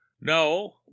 no